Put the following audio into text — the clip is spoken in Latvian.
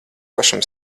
pašam